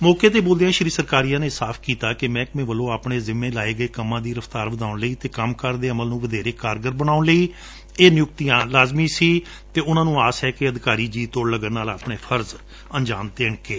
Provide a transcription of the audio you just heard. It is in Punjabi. ਮੌਕੇ ਤੇ ਬੋਲਦਿਆਂ ਸ੍ਰੀ ਸਰਕਾਰੀਆ ਨੇ ਸਾਫ਼ ਕੀਤਾ ਕਿ ਮਹਿਕਮੇ ਵੱਲੋਂ ਆਪਣੇ ਜ਼ਿਮੇ ਦੇ ਕੰਮਾਂ ਦੀ ਰਫ਼ਤਾਰ ਵਧਾਉਣ ਅਤੇ ਕੰਮਕਾਰ ਦੇ ਅਮਲ ਨੂੰ ਵਧੇਰੇ ਕਾਰਗਰ ਬਣਾਉਣ ਲਈ ਇਹ ਨਿਉਕਤੀਆਂ ਲਾਜ਼ਮੀ ਸਨ ਅਤੇ ਉਨਾਂ ਨੁੰ ਆਸ ਏ ਕਿ ਅਧਿਕਾਰੀ ਜੀ ਤੋੜ ਲਗਨ ਨਾਲ ਆਪਣੇ ਫਰਜ਼ ਨਿਭਾਉਣਗੇ